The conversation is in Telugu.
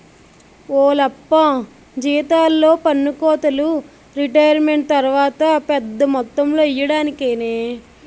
ఓలప్పా జీతాల్లో పన్నుకోతలు రిటైరుమెంటు తర్వాత పెద్ద మొత్తంలో ఇయ్యడానికేనే